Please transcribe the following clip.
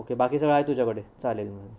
okay बाकी सगळं आहे तुझ्याकडे चालेल मग